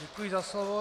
Děkuji za slovo.